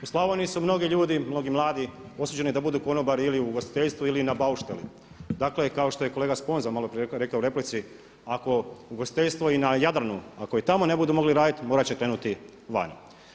U Slavoniji su mnogi ljudi, mnogi mladi osuđeni da budu konobari ili u ugostiteljstvu ili na baušteli, dakle kao što je kolega Sponza malo prije rekao u replici, ako ugostiteljstvo i na Jadranu ako i tamo ne budu mogli raditi morat će krenuti vani.